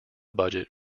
budget